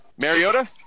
Mariota